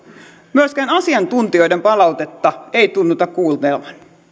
myöskään asiantuntijoiden palautetta ei tunnuta kuultavan